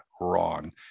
wrong